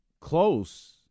close